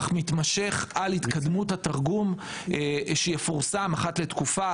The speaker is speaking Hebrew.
מתמשך על התקדמות התרגום שיפורסם אחת לתקופה,